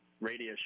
radio